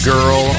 Girl